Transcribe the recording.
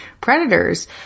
predators